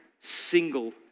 single